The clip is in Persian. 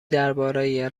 درباره